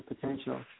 potential